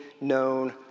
known